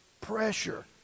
pressure